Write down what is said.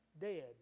dead